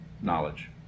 knowledge